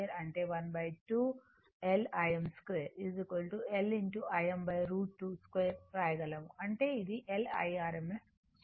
అంటే 12 L Im 2 L Im √ 2 2 వ్రాయగలము అంటే L Irms 2